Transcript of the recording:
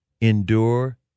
endure